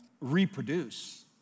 reproduce